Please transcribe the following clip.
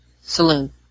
Saloon